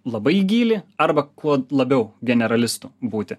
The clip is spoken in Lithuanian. labai į gilį arba kuo labiau generalistu būti